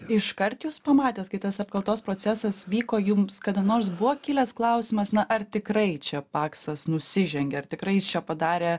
iškart jūs pamatęs kai tas apkaltos procesas vyko jums kada nors buvo kilęs klausimas na ar tikrai čia paksas nusižengė ar tikrai jis čia padarė